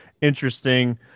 interesting